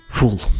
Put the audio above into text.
Fool